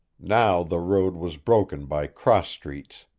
now the road was broken by cross streets.